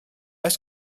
oes